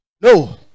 no